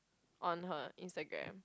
on her Instagram